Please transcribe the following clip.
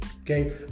Okay